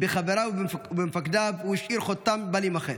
על חבריו ועל מפקדיו הוא השאיר חותם בל יימחה.